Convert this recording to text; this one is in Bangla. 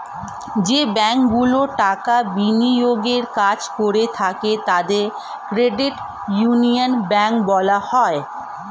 যে ব্যাঙ্কগুলি টাকা বিনিয়োগের কাজ করে থাকে তাদের ক্রেডিট ইউনিয়ন ব্যাঙ্ক বলা হয়